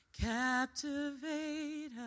Captivate